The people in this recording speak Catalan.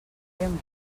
lyon